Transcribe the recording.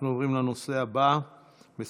אנחנו עוברים לנושא הבא בסדר-היום: